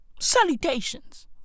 Salutations